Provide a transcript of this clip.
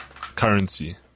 currency